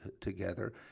together